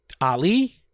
Ali